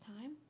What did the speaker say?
time